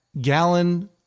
gallon